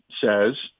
says